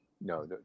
No